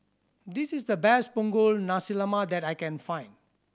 this is the best Punggol Nasi Lemak that I can find